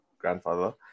grandfather